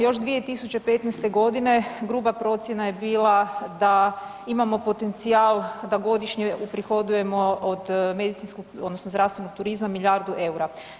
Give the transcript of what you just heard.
Još 2015.g. gruba procjena je bila da imamo potencijal da godišnje uprihodujemo od medicinskog odnosno zdravstvenog turizma milijardu EUR-a.